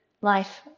life